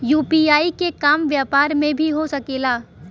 UPI के काम व्यापार में भी हो सके ला?